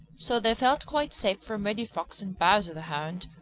so they felt quite safe from reddy fox and bowser the hound,